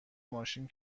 ماشین